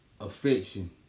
affection